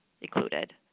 included